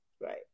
right